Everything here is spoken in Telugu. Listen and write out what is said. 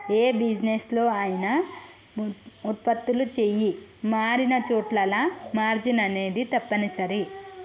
యే బిజినెస్ లో అయినా వుత్పత్తులు చెయ్యి మారినచోటల్లా మార్జిన్ అనేది తప్పనిసరి